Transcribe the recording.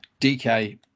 dk